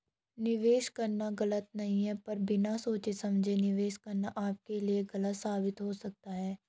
निवेश करना गलत नहीं है पर बिना सोचे समझे निवेश करना आपके लिए गलत साबित हो सकता है